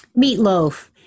meatloaf